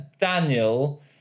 Daniel